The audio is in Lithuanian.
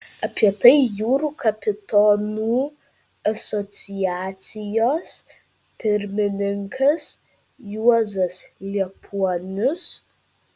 apie tai jūrų kapitonų asociacijos pirmininkas juozas liepuonius